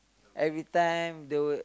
every time the